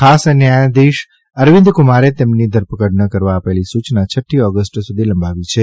ખાસ ન્યાયાધીશશ્રી અરવિંદકુમારે તેમને ધરપકડ ન કરવા અપાયેલી સૂચના છઠ્ઠી ઓગષ્ટ સુધી લંબાવી છે